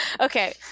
Okay